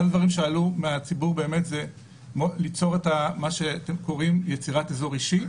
אחד הדברים שעלו מהציבור זה ליצור את מה שאתם קוראים "יצירת אזור אישי",